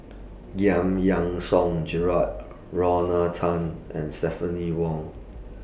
Giam Yean Song Gerald Lorna Tan and Stephanie Wong